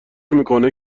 میکنه